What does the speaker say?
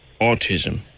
autism